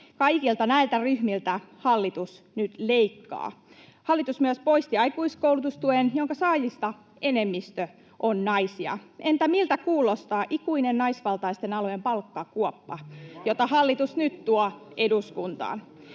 Kaikilta näiltä ryhmiltä hallitus nyt leikkaa. Hallitus myös poisti aikuiskoulutustuen, jonka saajista enemmistö on naisia. Entä miltä kuulostaa ikuinen naisvaltaisten alojen palkkakuoppa, jota hallitus nyt tuo eduskuntaan?